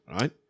right